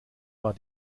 war